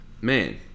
Man